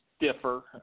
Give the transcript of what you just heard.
differ